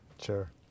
Sure